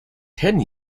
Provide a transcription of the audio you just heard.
ten